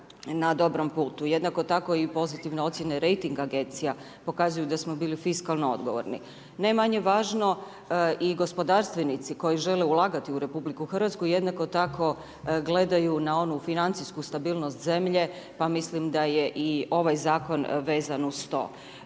na dobrom putu. Jednako tako i pozitivne ocjene rejting agencija pokazuje da smo bili fiskalno odgovorni. Ne manje važno, i gospodarstvenici koji žele ulagati u RH, jednako tako gledaju na onu financijsku stabilnost zemlje pa mislim da je i ovaj zakon vezan uz to.